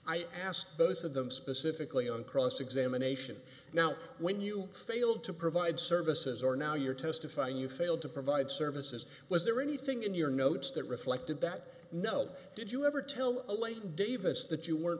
i asked both of them specifically on cross examination now when you failed to provide services or now you're testifying you failed to provide services was there anything in your notes that reflected that no did you ever tell davis that you were